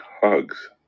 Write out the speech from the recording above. hugs